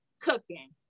cooking